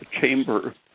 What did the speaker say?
chamber